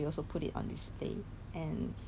I I think is purple colour [one]